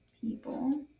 people